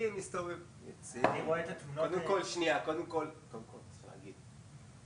אני רוצה לגעת בנושא קבלת החלטות ויישומן.